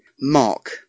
Mark